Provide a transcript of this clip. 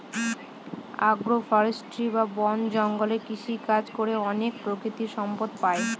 আগ্র ফরেষ্ট্রী বা বন জঙ্গলে কৃষিকাজ করে অনেক প্রাকৃতিক সম্পদ পাই